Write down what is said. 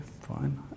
fine